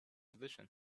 position